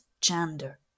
gender